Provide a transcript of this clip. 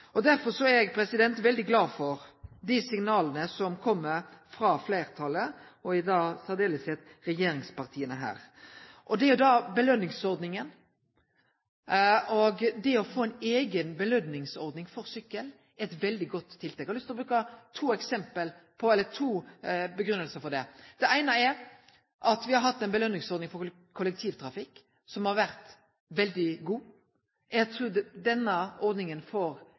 Derfor er eg veldig glad for dei signala som kjem frå fleirtalet, særleg frå regjeringspartia. ' Når det gjeld belønningsordninga, er det å få ei eiga belønningsordning for sykkel er eit veldig godt tiltak. Eg har lyst til å bruke to grunngivingar for det. Det eine er at me har hatt ei belønningsordning for kollektivtrafikk som har vore veldig god. Eg trur at denne ordninga for